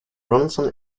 bronson